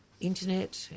internet